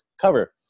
cover